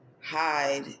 hide